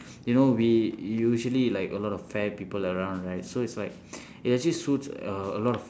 you know we usually like a lot of fair people around right so it's like it actually suits uh a lot of